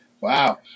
wow